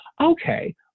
okay